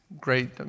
great